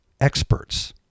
experts